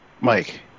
Mike